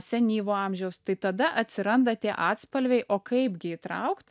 senyvo amžiaus tai tada atsiranda tie atspalviai o kaipgi įtraukt